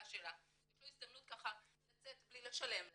שלה" יש לו הזדמנות לצאת בלי לשלם לה.